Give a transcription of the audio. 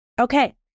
Okay